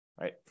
right